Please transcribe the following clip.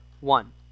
One